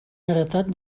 heretat